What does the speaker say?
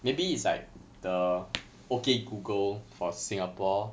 maybe it's like the okay google for singapore